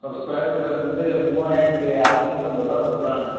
ஒரு square feet வந்து மூவாயிரத்தி அறுநூத்தம்பது ரூபா சொல்கிறாங்க